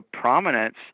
prominence